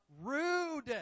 rude